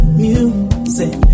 music